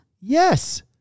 Yes